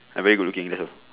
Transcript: I very good looking in hell